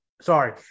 sorry